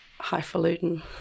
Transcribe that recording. highfalutin